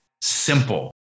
simple